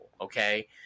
Okay